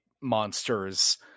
monsters